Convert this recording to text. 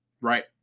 Right